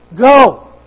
Go